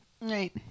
Right